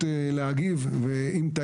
מרכז השלטון המקומי שני בר-טוביה